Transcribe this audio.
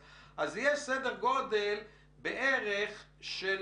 אז יש סדר גודל בערך של